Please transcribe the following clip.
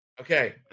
Okay